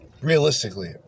realistically